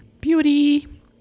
beauty